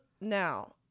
now